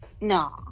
No